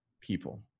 people